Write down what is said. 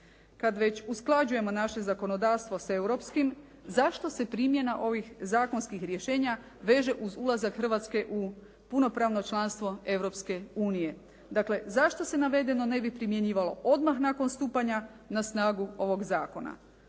Kad već usklađujemo naše zakonodavstvo sa europskim zašto se primjena ovih zakonskih rješenja veže uz ulazak Hrvatske u punopravno članstvo Europske unije. Dakle, zašto se navedeno ne bi primjenjivalo odmah nakon stupanja na snagu ovog zakona.